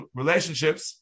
relationships